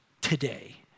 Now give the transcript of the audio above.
today